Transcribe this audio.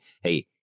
hey